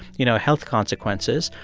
you know, health consequences?